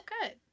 good